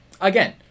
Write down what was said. again